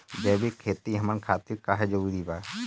जैविक खेती हमन खातिर काहे जरूरी बा?